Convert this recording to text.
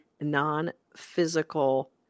non-physical